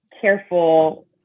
careful